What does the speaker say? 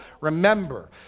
remember